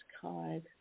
card